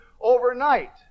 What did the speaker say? overnight